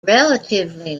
relatively